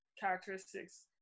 characteristics